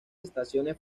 estaciones